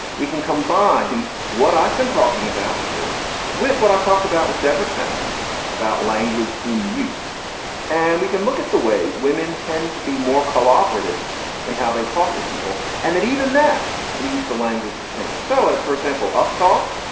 we can combine what i've been talking about here with what i talked about with deborah tannen about language in use and we can look at the way women tend to be more cooperative in how they talk to people and that even that leads the language to change. so as for example, up talk,